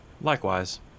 Likewise